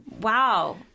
Wow